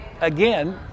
again